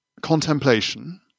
Contemplation